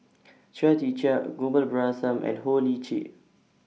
Chia Tee Chiak Gopal Baratham and Ho Lick Chee